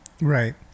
Right